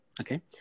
okay